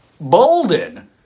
bolden